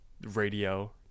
radio